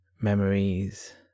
memories